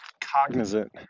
cognizant